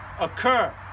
occur